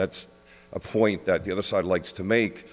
that's a point that the other side likes to make